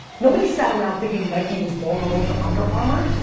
nobody sat around thinking nike was vulnerable to under armour,